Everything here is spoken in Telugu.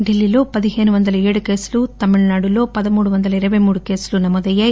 ఢిల్లీలో పదిహేడు వందల ఏడు కేసులు తమిళనాడులో పదమూడు వందల ఇరపై మూడు కేసులు నమోదయ్యాయి